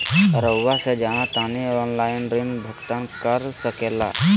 रहुआ से जाना तानी ऑनलाइन ऋण भुगतान कर सके ला?